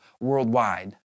worldwide